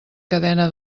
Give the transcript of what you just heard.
cadena